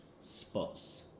spots